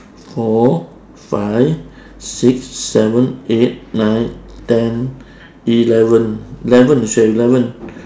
four five six seven eight nine ten eleven eleven should have eleven